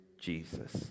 Jesus